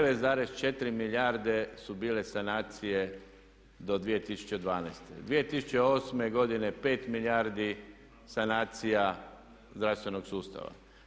9,4 milijarde su bile sanacije do 2012., 2008. godine 5 milijardi sanacija zdravstvenog sustava.